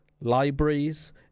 libraries